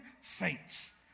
Saints